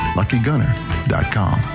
LuckyGunner.com